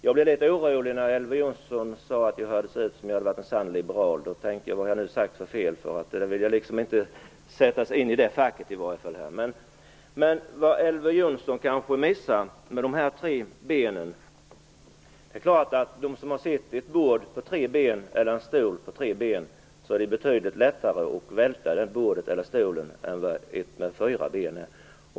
Jag blev litet orolig när Elver Jonsson sade att jag lät som en sann liberal, och jag funderade på vad jag hade sagt för fel, för det facket vill jag inte placeras i. Elver Jonsson kanske missar en sak när han talar om de tre benen. Den som har sett ett bord eller en stol med tre ben vet att det är betydligt lättare att välta än ett bord eller en stol med fyra ben.